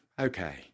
okay